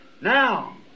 Now